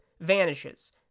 vanishes